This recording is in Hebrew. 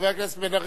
חבר הכנסת בן-ארי,